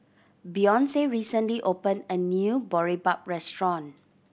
Beyonce recently opened a new Boribap restaurant